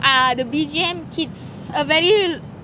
uh the B_G_M hits a very